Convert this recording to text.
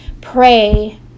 pray